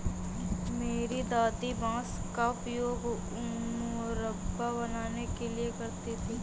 मेरी दादी बांस का उपयोग मुरब्बा बनाने के लिए करती हैं